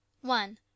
one